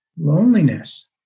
loneliness